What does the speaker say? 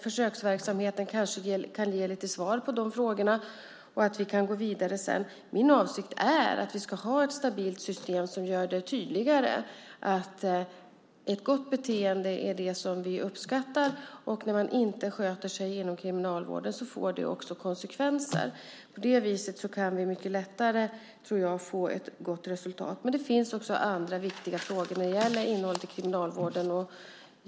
Försöksverksamheten kanske kan ge svar på de frågorna. Sedan kan vi gå vidare. Min avsikt är att vi ska ha ett stabilt system som gör det tydligare att ett gott beteende är det som vi uppskattar. När man inte sköter sig inom kriminalvården ska det få konsekvenser. På det viset kan vi mycket lättare få ett gott resultat, tror jag. Men det finns också andra viktiga frågor när det gäller innehållet i kriminalvården.